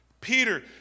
Peter